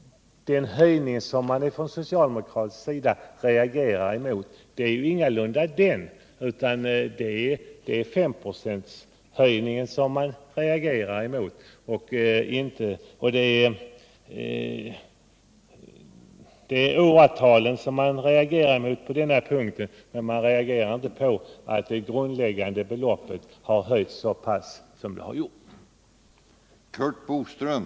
Den höjning som socialdemokraterna reagerar mot är ingalunda den, utan det är mot höjningen från 30 till 35 26 upp till 20 basbelopp och beträffande dispensregeln antalet år. Jag hade haft lättare att förstå er om ni motsatt er höjningen från 20 till 30 basbelopp.